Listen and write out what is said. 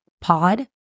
pod